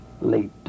late